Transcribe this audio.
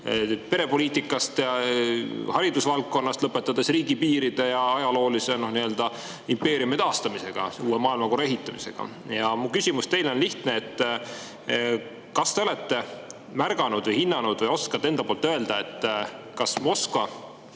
perepoliitikast ja haridusvaldkonnast, lõpetades riigipiiride ja ajaloolise nii-öelda impeeriumi taastamisega, uue maailmakorra ehitamisega. Minu küsimus teile on lihtne: kas te olete märganud või hinnanud või oskate öelda, kas Moskva